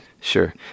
Sure